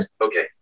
Okay